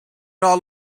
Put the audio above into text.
all